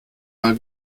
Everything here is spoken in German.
mal